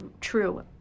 true